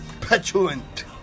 petulant